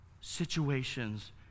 situations